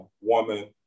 woman